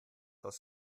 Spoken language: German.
aus